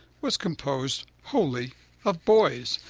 was composed wholly of boys.